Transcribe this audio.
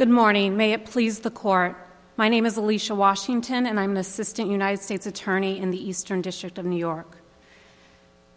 good morning may it please the court my name is lisa washington and i'm assistant united states attorney in the eastern district of new york